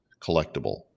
collectible